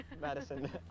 Madison